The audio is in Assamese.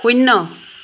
শূন্য